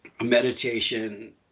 Meditation